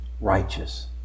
righteous